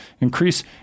increase